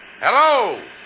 Hello